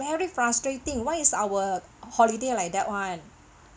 very frustrating why is our uh holiday like that [one]